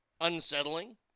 Unsettling